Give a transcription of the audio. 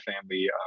family